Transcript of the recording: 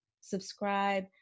subscribe